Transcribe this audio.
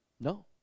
No